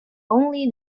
only